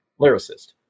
lyricist